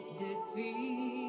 defeat